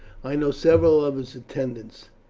i know several of his attendants,